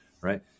right